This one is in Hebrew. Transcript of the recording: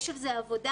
יש על זה עבודה.